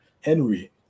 Henry